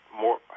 more